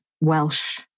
Welsh